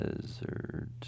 Desert